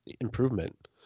improvement